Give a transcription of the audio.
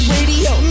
Radio